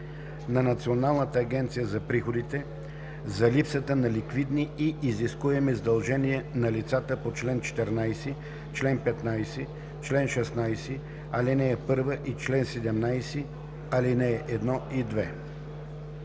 на Националната агенция за приходите за липсата на ликвидни и изискуеми задължения на лицата по чл. 14, чл. 15, чл. 16, ал. 1 и чл. 17, ал. 1 и 2.